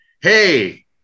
Hey